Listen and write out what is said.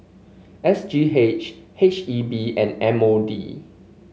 S G H H E B and M O D